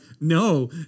no